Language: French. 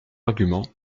argument